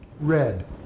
red